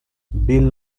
bill